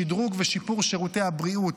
שדרוג ושיפור שירותי הבריאות,